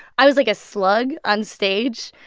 i was like a slug onstage.